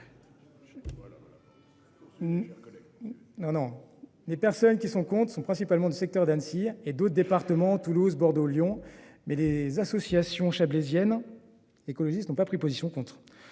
Non, non. Les personnes qui sont comptes sont principalement de secteur d'Annecy et d'autres départements, Toulouse, Bordeaux, Lyon, mais les associer. Si on chablaisien. Écologistes n'ont pas pris position contre,